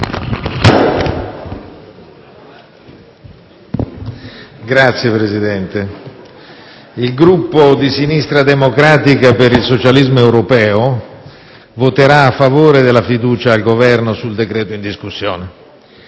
Signor Presidente, il Gruppo di Sinistra Democratica per il Socialismo Europeo voterà a favore della fiducia al Governo sul decreto in discussione.